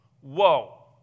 Whoa